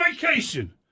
vacation